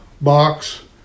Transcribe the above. box